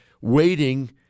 waiting